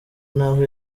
naho